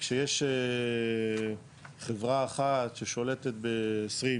כשיש חברה אחת ששולטת ב-20%,